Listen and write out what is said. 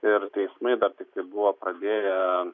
ir teismai dar tiktai buvo pradėję